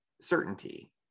certainty